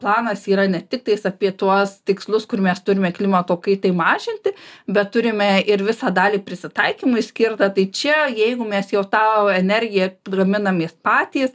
planas yra ne tik tais apie tuos tikslus kur mes turime klimato kaitai mažinti bet turime ir visą dalį prisitaikymui skirtą tai čia jeigu mes jau tą va energiją gaminamės patys